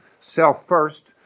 self-first